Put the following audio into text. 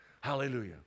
Hallelujah